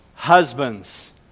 Husbands